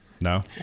No